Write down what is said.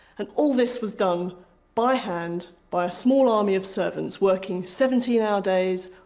and all this was done by hand by a small army of servants working seventeen hour days,